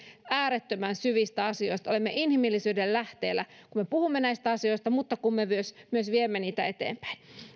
äärettömän syvistä asioista olemme inhimillisyyden lähteellä kun me puhumme näistä asioista ja kun me myös viemme niitä eteenpäin